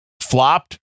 flopped